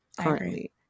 currently